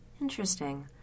Interesting